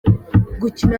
gukina